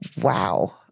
Wow